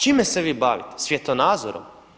Čime se vi bavite, svjetonazorom?